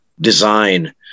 design